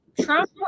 Trump